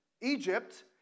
Egypt